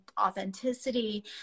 authenticity